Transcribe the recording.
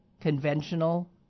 conventional